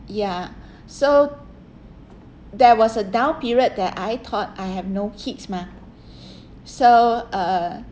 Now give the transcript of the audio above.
ya so there was a down period that I thought I have no kids mah so uh